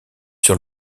sur